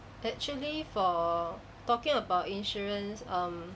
actually for talking about insurance um